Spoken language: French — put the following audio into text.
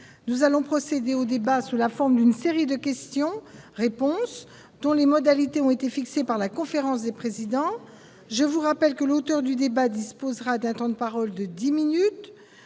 Nous allons procéder au débat sous la forme d'une série de questions-réponses dont les modalités ont été fixées par la conférence des présidents. Je rappelle que le représentant du groupe auteur de la demande disposera d'un temps de parole de dix minutes,